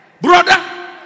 brother